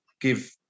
give